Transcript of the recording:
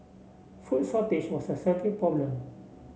food shortage was a severe problem